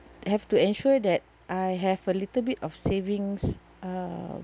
have to ensure that I have a little bit of savings uh